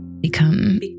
become